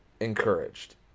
encouraged